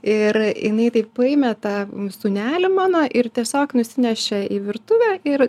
ir jinai taip paėmė tą sūnelį mano ir tiesiog nusinešė į virtuvę ir